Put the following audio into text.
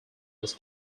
was